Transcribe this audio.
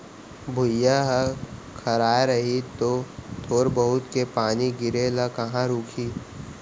भुइयॉं ह खराय रही तौ थोर बहुत के पानी गिरे ले कहॉं रूकही